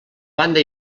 banda